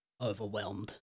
overwhelmed